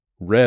Red